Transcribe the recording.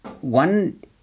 one